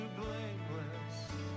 blameless